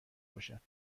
باشد